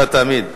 אתה תמיד.